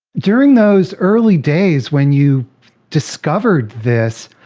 during those early days when you discovered this,